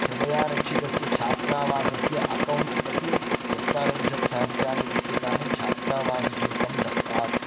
कृपया रक्षितस्य छात्रावासस्य अकौण्ट् प्रति चत्वारिंशत् सहस्राणि रूप्यकाणि छात्रावासशुल्कं दत्तात्